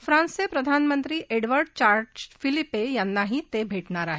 फ्रान्सचे प्रधान मंत्री एडवर्ड चार्ल्स फिलिप्पे यांनाही ते भेटणार आहेत